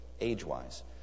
age-wise